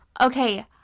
Okay